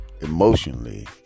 emotionally